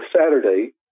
Saturday